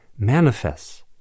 manifests